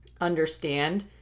understand